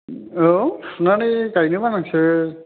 औ फुनानै गायनोल' नांसै